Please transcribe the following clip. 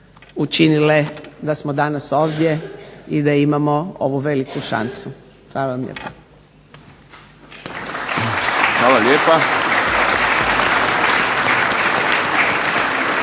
učinile da smo danas ovdje i da imamo ovu veliku šansu. Hvala vam lijepa. … /Pljesak.